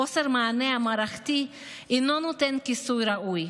חוסר המענה המערכתי אינו נותן כיסוי ראוי,